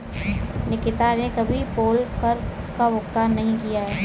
निकिता ने कभी पोल कर का भुगतान नहीं किया है